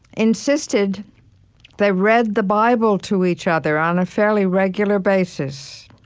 insisted they read the bible to each other on a fairly regular basis,